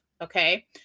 Okay